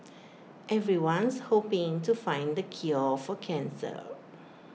everyone's hoping to find the cure for cancer